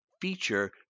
feature